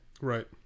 Right